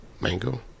Mango